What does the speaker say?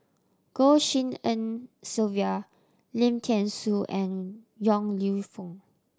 Goh Tshin En Sylvia Lim Thean Soo and Yong Lew Foong